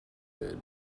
good